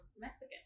Mexican